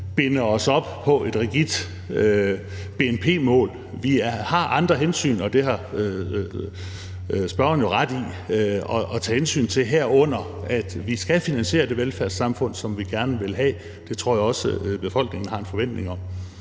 binde os op på et rigidt bnp-mål. Spørgeren har jo ret i, at vi har andre hensyn at tage, herunder at vi skal finansiere det velfærdssamfund, som vi gerne vil have. Det tror jeg også at befolkningen har en forventning om.